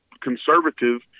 conservative